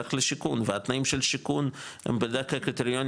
לך לשיקום והתנאים של שיקום הם בדרך כלל קריטריונים